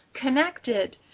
connected